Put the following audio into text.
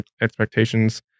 expectations